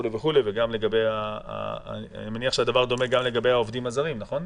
ואני מניח שהדבר דומה גם לגבי העובדים הזרים נכון?